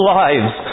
lives